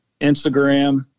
Instagram